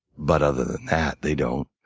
but other than that, they don't.